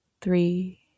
three